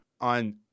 on